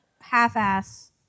half-ass